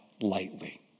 lightly